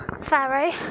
Faro